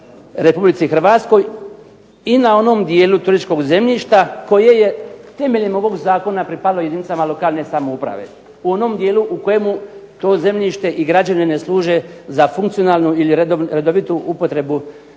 Republici Hrvatskoj i na onom dijelu turističkog zemljišta koje je temeljem ovog zakona pripalo jedinicama lokalne samouprave u onom dijelu u kojemu to zemljište i građani ne služe za funkcionalnu ili redovitu upotrebu koncesionarima.